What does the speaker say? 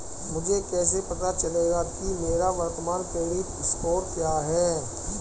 मुझे कैसे पता चलेगा कि मेरा वर्तमान क्रेडिट स्कोर क्या है?